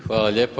Hvala lijepa.